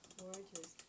gorgeous